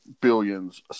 billions